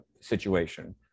situation